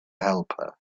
helper